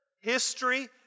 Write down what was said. History